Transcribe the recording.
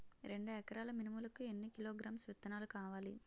రెండు ఎకరాల మినుములు కి ఎన్ని కిలోగ్రామ్స్ విత్తనాలు కావలి?